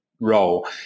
role